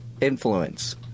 influence